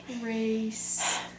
Race